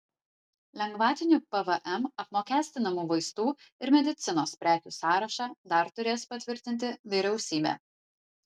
lengvatiniu pvm apmokestinamų vaistų ir medicinos prekių sąrašą dar turės patvirtinti vyriausybė